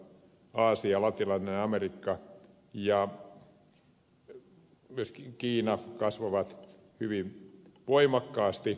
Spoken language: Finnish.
aasia latinalainen amerikka ja myöskin kiina kasvavat hyvin voimakkaasti